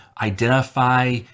identify